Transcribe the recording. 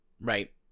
Right